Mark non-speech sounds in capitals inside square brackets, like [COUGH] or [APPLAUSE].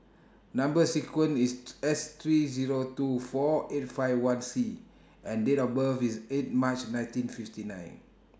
Number sequence IS [NOISE] S three Zero two four eight five one C and Date of birth IS eight March nineteen fifty nine